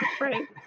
Right